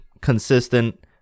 Consistent